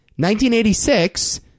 1986